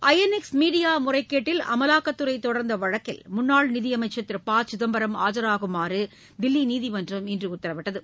ஐ N X மீடியாமுறைகேட்டில் அமலாக்கத்துறைதொடர்ந்தவழக்கில் முன்னாள் நிதியமைச்சர் திரு ப சிதம்பரம் ஆஜராகுமாறுதில்லிநீதிமன்றம் இன்றுஉத்தரவிட்டது